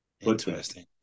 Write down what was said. Interesting